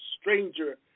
stranger